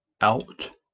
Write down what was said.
out